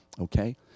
Okay